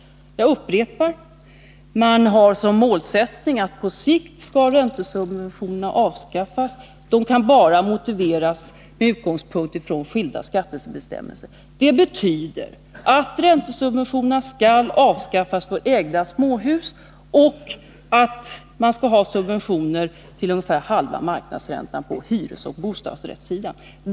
Jag upprepar: Man har som målsättning att på sikt skall räntesubventionerna avskaffas. De kan bara motiveras med utgångspunkt i skilda skattebestämmelser. Det betyder att räntesubventionerna skall avskaffas på ägda småhus och att man skall ha subventioner till ungefär halva marknadsräntan på hyresoch bostadsrättssidan.